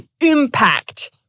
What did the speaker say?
impact